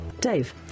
Dave